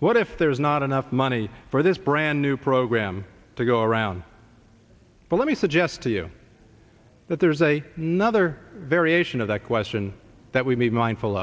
what if there is not enough money for this brand new program to go around but let me suggest to you that there's a nother variation of that question that we need mindful